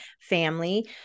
family